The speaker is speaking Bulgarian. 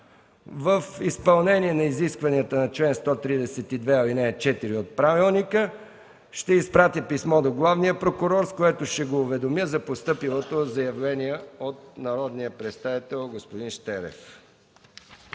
В изпълнение на изискванията на чл. 132, ал. 4 от правилника, ще изпратя писмо до Главния прокурор, с което ще го уведомя за постъпилото заявление от народния представител господин Щерев.